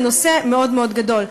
זה נושא מאוד מאוד גדול.